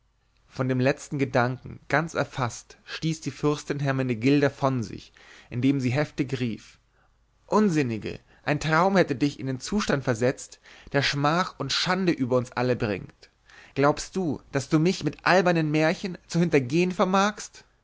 von dem letzten gedanken ganz erfaßt stieß die fürstin hermenegilda von sich indem sie heftig rief unsinnige ein traum hätte dich in den zustand versetzt der schmach und schande über uns alle bringt glaubst du daß du mich mit albernen märchen zu hintergehen vermagst